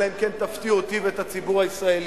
אלא אם כן תפתיעו אותי ואת הציבור הישראלי,